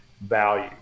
value